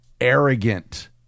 arrogant